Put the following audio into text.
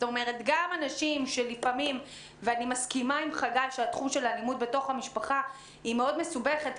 אני מסכימה עם חגי שהתחום של אלימות בתוך המשפחה הוא מסובך מאוד,